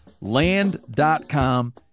Land.com